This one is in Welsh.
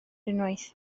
unwaith